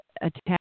attack